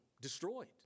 destroyed